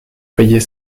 payer